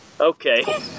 Okay